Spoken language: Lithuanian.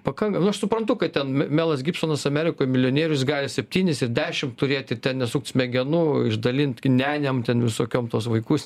pakanka nu aš suprantu kad ten me melas gibsonas amerikos milijonierius gavęs septynis ir dešim turėti ten nesukt smegenų išdalint k nianėm ten visokiom tuos vaikus